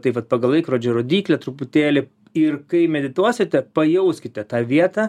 tai vat pagal laikrodžio rodyklę truputėlį ir kai medituosite pajauskite tą vietą